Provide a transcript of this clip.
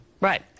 Right